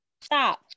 Stop